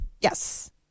Yes